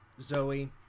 Zoe